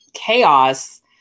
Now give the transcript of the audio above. chaos